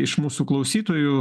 iš mūsų klausytojų